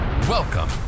Welcome